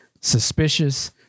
suspicious